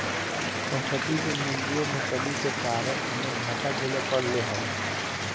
संपत्ति के मूल्यों में कमी के कारण हमे घाटा झेले पड़लइ हल